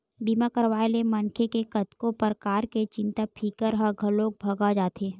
बीमा करवाए ले मनखे के कतको परकार के चिंता फिकर ह घलोक भगा जाथे